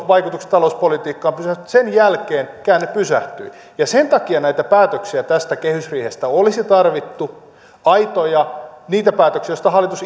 vaikutukset talouspolitiikkaan pysähtyivät sen jälkeen käänne pysähtyi ja sen takia näitä päätöksiä tästä kehysriihestä olisi tarvittu aitoja niitä päätöksiä joista hallitus